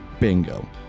bingo